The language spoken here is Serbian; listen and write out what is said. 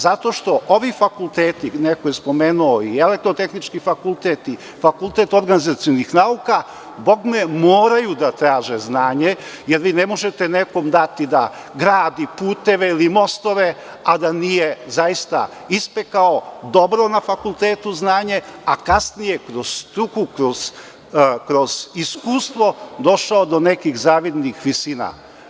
Zato što ovi fakulteti, neko je spomenuo i Elektrotehnički fakultet i FON, moraju da traže znanje, jer vi ne možete nekome dati da gradi puteve ili mostove, a da nije zaista ispekao dobro na fakultetu znanje, a kasnije, kroz struku, kroz iskustvo, došao do nekih zavidnih visina.